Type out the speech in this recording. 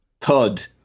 thud